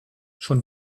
schon